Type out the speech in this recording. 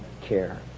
care